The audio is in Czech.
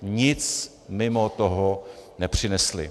Nic mimo toho nepřinesli.